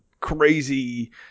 crazy